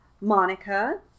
Monica